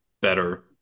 better